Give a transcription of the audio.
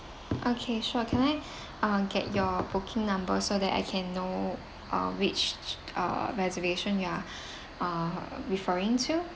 okay sure can I uh get your booking number so that I can know uh which uh reservation you are uh referring to